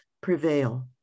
Prevail